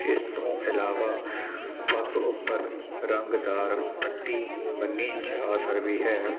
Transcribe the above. ਇਸ ਤੋਂ ਇਲਾਵਾ ਪੱਗ ਉੱਪਰ ਰੰਗਦਾਰ ਪੱਟੀ ਬੰਨੀ ਜਾ ਸਕਦੀ ਹੈ